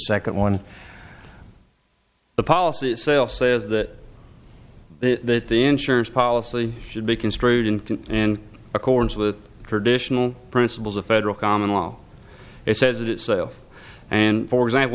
second one the policy itself says that that the insurance policy should be construed and in accordance with traditional principles of federal common law it says it itself and for example